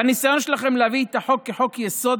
והניסיון שלכם להביא את החוק כחוק-יסוד